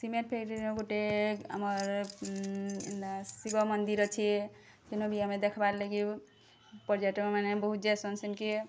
cement ଫ୍ୟାକ୍ଟ୍ରିରେ ଗୋଟେ ଆମର ଏଇନ୍ଦା ଶିବ ମନ୍ଦିର ଅଛି ସେନୁ ବି ଆମେ ଦେଖିବାର୍ ଲାଗି ପର୍ଯ୍ୟଟକମାନେ ବହୁତ୍ ଯାସନ୍ ସେନ୍କେ